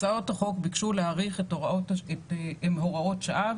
הצעות החוק ביקשו להאריך הוראות שעה,